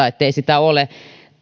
ettei ole eläintenpitokieltoa